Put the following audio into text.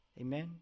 Amen